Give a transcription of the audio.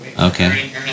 Okay